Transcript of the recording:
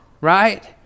right